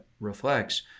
reflects